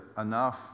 enough